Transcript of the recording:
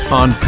on